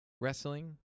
wrestling